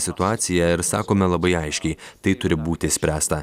situaciją ir sakome labai aiškiai tai turi būti išspręsta